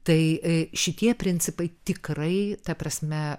tai e šitie principai tikrai ta prasme